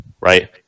right